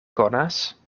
konas